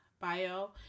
bio